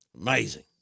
Amazing